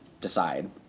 decide